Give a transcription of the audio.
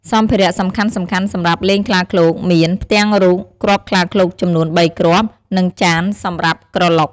សម្ភារៈសំខាន់ៗសម្រាប់លេងខ្លាឃ្លោកមាន ផ្ទាំងរូប គ្រាប់ខ្លាឃ្លោកចំនួនបីគ្រាប់ និងចានសម្រាប់ក្រឡុក។